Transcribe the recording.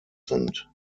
sind